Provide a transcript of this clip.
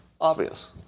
obvious